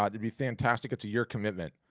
ah it'd be fantastic, it's a year commitment.